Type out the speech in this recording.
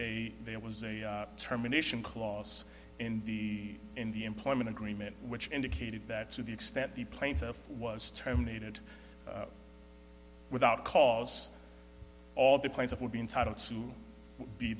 a there was a terminations clause in the in the employment agreement which indicated that to the extent the plaintiff was terminated without cause all the plaintiff would be entitled to be